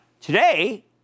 Today